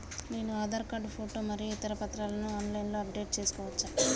నేను Aadhaar card photo మరియు ఇతర పత్రాలను ఆన్ లైన్ అప్ డెట్ చేసుకోవచ్చా?